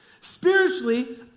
Spiritually